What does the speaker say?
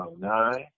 nine